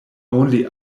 only